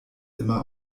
immer